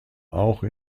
auch